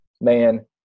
man